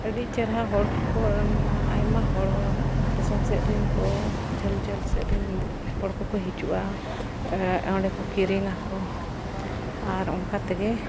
ᱟᱹᱰᱤ ᱪᱮᱨᱦᱟ ᱦᱚᱲ ᱠᱚᱠᱚ ᱟᱭᱢᱟ ᱦᱚᱲ ᱫᱤᱥᱚᱢ ᱥᱮᱡ ᱨᱤᱱ ᱠᱚ ᱡᱷᱟᱹᱞ ᱡᱷᱟᱹᱞ ᱥᱮᱡ ᱨᱤᱱ ᱦᱚᱲ ᱠᱚᱠᱚ ᱦᱤᱡᱩᱜᱼᱟ ᱚᱸᱰᱮ ᱠᱚ ᱠᱤᱨᱤᱧ ᱟᱠᱚ ᱟᱨ ᱚᱱᱠᱟ ᱛᱮᱜᱮ